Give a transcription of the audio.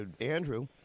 Andrew